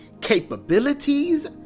capabilities